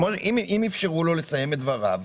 אם אפשרו לו לסיים את דבריו,